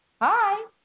Hi